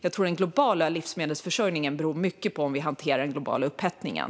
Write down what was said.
Jag tror att den globala livsmedelsförsörjningen beror mycket på om vi hanterar den globala upphettningen.